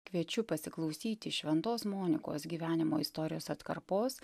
kviečiu pasiklausyti šventos monikos gyvenimo istorijos atkarpos